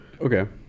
okay